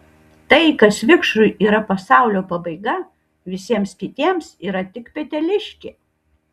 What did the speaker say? tai kas vikšrui yra pasaulio pabaiga visiems kitiems yra tik peteliškė